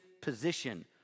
position